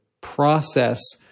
process